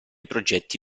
progetti